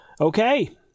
Okay